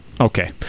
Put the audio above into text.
Okay